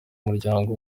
umuryango